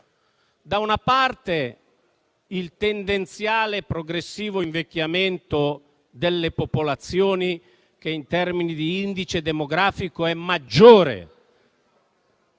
da una parte, il tendenziale e progressivo invecchiamento delle popolazioni, che in termini di indice demografico è maggiore.